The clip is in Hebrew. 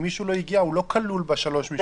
אם מישהו לא הגיע, הוא לא כלול בשלוש המשמרות.